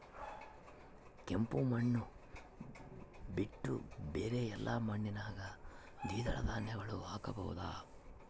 ಕೆಂಪು ಮಣ್ಣು ಬಿಟ್ಟು ಬೇರೆ ಎಲ್ಲಾ ಮಣ್ಣಿನಾಗ ದ್ವಿದಳ ಧಾನ್ಯಗಳನ್ನ ಹಾಕಬಹುದಾ?